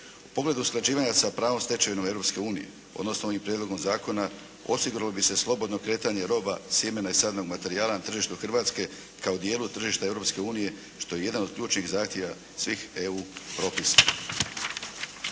U pogledu usklađivanja sa pravnom stečevinom Europske unije odnosno ovim prijedlogom zakona osiguralo bi se slobodno kretanje roba, sjemena i sadnog materijala na tržištu Hrvatske kao dijelu tržišta Europske unije što je jedan od ključnih zahtjeva svih EU propisa.